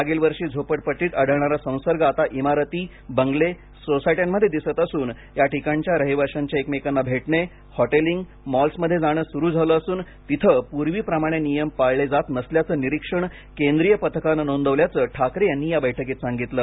मागील वर्षी झोपडपट्टीत आढळणारा संसर्ग आता इमारती बंगले सोसायट्यांमध्ये दिसत असून या ठिकाणच्या रहिवाश्यांचे एकमेकांना भेटणे हॉटेलिंग मॉल्समध्ये जाणे सुरु झाले असून तिथे पूर्वीप्रमाणे नियम पाळले जात नसल्याचे निरीक्षण केंद्रीय पथकाने नोंदवल्याचे ठाकरे यांनी या बैठकीत सांगितले